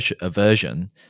aversion